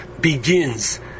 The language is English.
begins